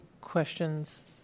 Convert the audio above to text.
questions